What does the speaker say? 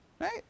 Right